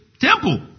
temple